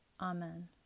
Amen